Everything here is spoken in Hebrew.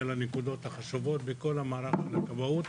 לנקודות החשובות בכל המהלך הזה של כבאות.